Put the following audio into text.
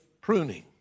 pruning